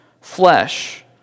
flesh